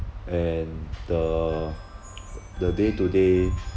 and the the day to day